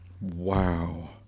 wow